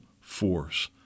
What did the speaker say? force